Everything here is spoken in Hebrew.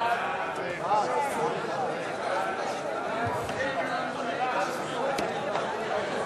ההצעה להעביר את הצעת חוק התפזרות